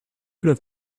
have